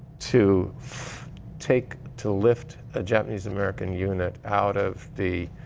to take, to lift ah japanese-american unit out of the